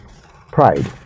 Pride